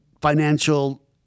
financial